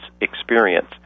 experience